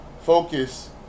focus